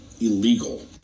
Illegal